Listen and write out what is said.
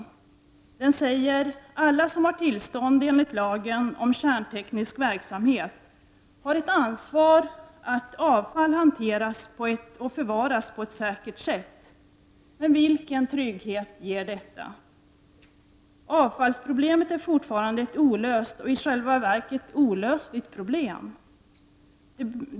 Lagen säger att alla som har tillstånd enligt lagen om kärnteknisk verksamhet har ett ansvar för att avfall hanteras och förvaras på ett säkert sätt. Men vilken trygghet ger detta? Avfallsproblemet är fortfarande ett olöst och i själva verket olösligt problem.